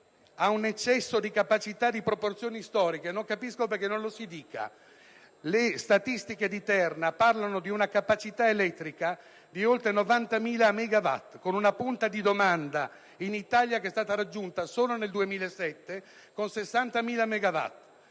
ha un eccesso di capacità di proporzioni storiche e non capisco perché non lo si dica. Le statistiche di TERNA parlano di una capacità elettrica di oltre 90.000 MW, con una punta di domanda che in Italia è stata raggiunta solo nel 2007 con 60.000 MW.